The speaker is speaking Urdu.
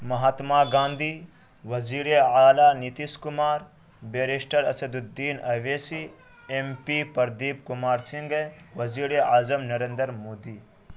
مہاتما گاندھی وزیر اعلیٰ Nitish Kumar barrister Asaduddin Owaisi M P Pradeep Kumar Singh ہیں وزیر اعظم نرندر مودی